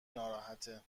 ناراحته